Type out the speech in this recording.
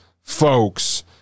folks